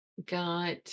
got